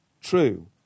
true